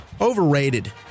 Overrated